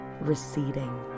receding